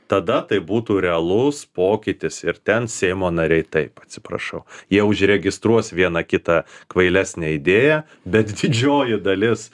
tada tai būtų realus pokytis ir ten seimo nariai taip atsiprašau jie užregistruos vieną kitą kvailesnę idėją bet didžioji dalis